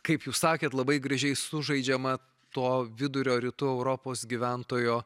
kaip jūs sakėt labai gražiai sužaidžiama to vidurio rytų europos gyventojo